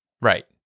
Right